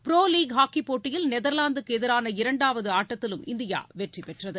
bro league ஹாக்கிப் போட்டியில் நெதர்வாந்துக்கு எதிரான இரண்டாவது ஆட்டத்திலும் இந்தியா வெற்றி பெற்றது